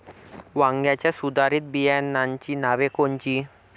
वांग्याच्या सुधारित बियाणांची नावे कोनची?